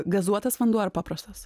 gazuotas vanduo ar paprastas